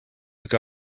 look